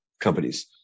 companies